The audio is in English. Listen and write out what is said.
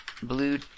Blue